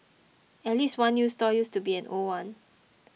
at least one new stall used to be an old one